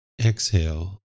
exhale